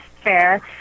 fair